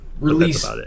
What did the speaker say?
Release